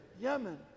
Yemen